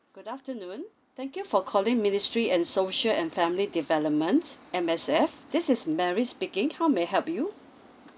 good afternoon thank you for calling ministry and social and family development M_S_F this is mary speaking how may I help you